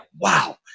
wow